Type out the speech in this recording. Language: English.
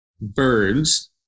birds